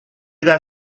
that